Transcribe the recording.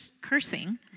cursing